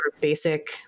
basic